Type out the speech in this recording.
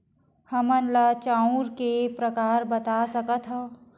हमन ला चांउर के प्रकार बता सकत हव?